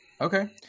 Okay